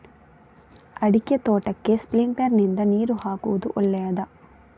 ಅಡಿಕೆ ತೋಟಕ್ಕೆ ಸ್ಪ್ರಿಂಕ್ಲರ್ ನಿಂದ ನೀರು ಹಾಕುವುದು ಒಳ್ಳೆಯದ?